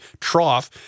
Trough